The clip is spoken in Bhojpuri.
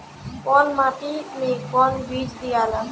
कौन माटी मे कौन बीज दियाला?